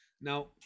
now